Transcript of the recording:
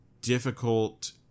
difficult